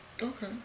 Okay